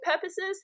purposes